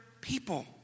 people